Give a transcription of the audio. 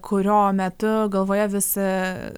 kurio metu galvoje vis